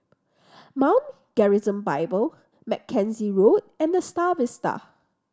Mount Gerizim Bible Mackenzie Road and The Star Vista